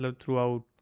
throughout